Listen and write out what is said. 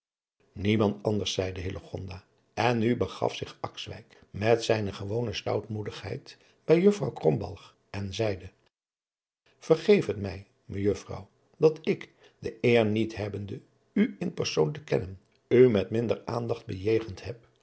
niemand anders zeide hillegonda en nu begaf zich akswijk met zijne gewone stoutmoedigheid bij jusfrouw krombalg en zeide vergeef het mij mejuffrouw dat ik de eer niet hebbende u in persoon te kennen u met minder aandacht bejegend heb